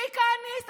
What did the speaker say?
מי כהניסט?